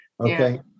Okay